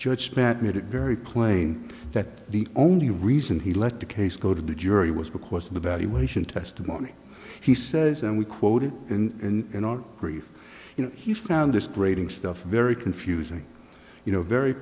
judge spat made it very plain that the only reason he let the case go to the jury was because of evaluation testimony he says and we quote it in in our brief you know he found this grading stuff very confusing you know very